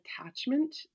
attachment